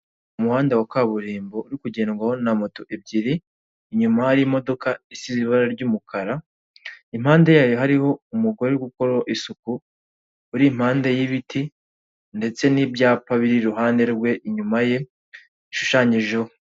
Umuhanda wa kaburimbo uri kugendwaho na moto ebyiri, inyuma harimodoka isize ibara ry'umukara, impande yayo hariho umugore uri gukora isuku uri impande y'ibiti ndetse n'ibyapa biri iruhande rwe inyuma ye bishushanyijeho.